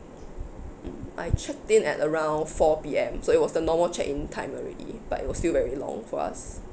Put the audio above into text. mm I checked in at around four P_M so it was the normal check in time already but it was still very long for us